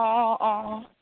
অঁ অঁ অঁ